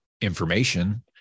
information